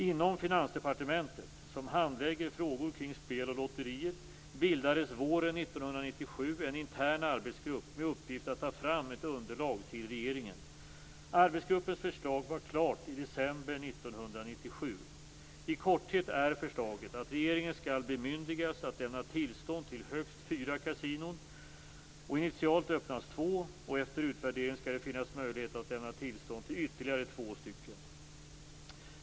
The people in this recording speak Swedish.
Inom Finansdepartementet, som handlägger frågor kring spel och lotterier, bildades våren 1997 en intern arbetsgrupp med uppgift att ta fram ett underlag till regeringen. Arbetsgruppens förslag var klart i december 1997. I korthet är förslaget att regeringen skall bemyndigas att lämna tillstånd till högst fyra kasinon. Initialt öppnas två, och efter utvärdering skall det finnas möjlighet att lämna tillstånd till ytterligare två stycken.